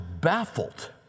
baffled